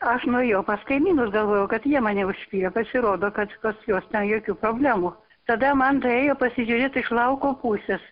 aš nuėjau pas kaimynus galvojau kad jie mane užpylė pasirodo kad pas juos ten jokių problemų tada man daėjo pasižiūrėt iš lauko pusės